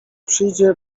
przyjdzie